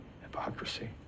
hypocrisy